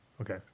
Okay